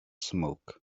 smoke